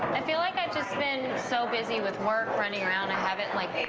i feel like i've just been so busy with work, running around, i haven't like